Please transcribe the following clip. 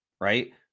right